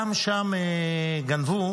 גם שם גנבו